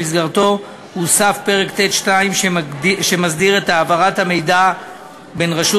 שבמסגרתו הוסף פרק ט'2 שמסדיר את העברת המידע בין רשות